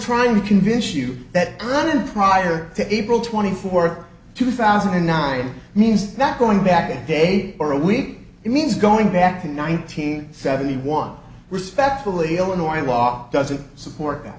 trying to convince you that running prior to april twenty fourth two thousand and nine means that going back a day or a week it means going back to nineteen seventy one respectfully illinois law doesn't support